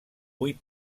vuit